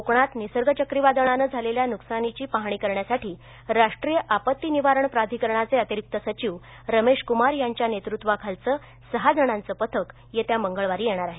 कोकणात निसर्ग चक्रीवादळानं झालेल्या नुकसानीची पाहणी करण्यासाठी राष्ट्रीय आपत्ती निवारण प्राधिकरणाचे अतिरिक्त सचिव रमेश कुमार यांच्या नेतृत्वाखालचं सहा जणांचं पथक येत्या मंगळवारी येणार आहे